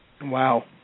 Wow